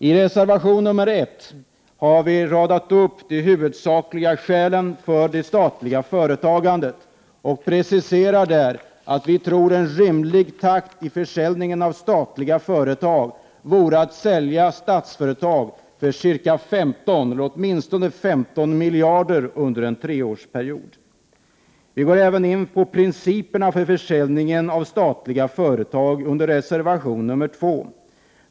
I reservation 1 har vi radat upp de huvudsakliga skälen för det statliga företagandet. Vi preciserar där vad vi tror är en rimlig takt för försäljningen av statliga företag, att man säljer statliga företag för åtminstone 15 miljarder under en treårsperiod. Vi går även in på principerna för försäljningen av statliga företag i reservation nr 2.